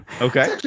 Okay